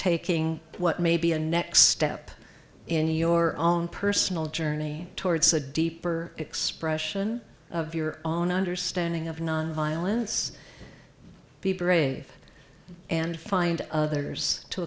taking what may be a next step in your own personal journey towards a deeper expression of your own understanding of nonviolence be brave and find others to